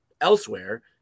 elsewhere